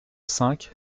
cinq